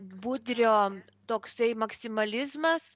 budrio toksai maksimalizmas